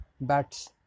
bats